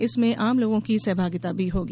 इसमें आम लोगों की सहभागिता भी होगी